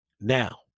Now